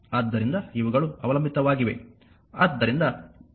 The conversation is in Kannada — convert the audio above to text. ಆದ್ದರಿಂದ ಇವುಗಳು ಅವಲಂಬಿತವಾಗಿವೆ